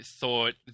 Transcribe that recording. thought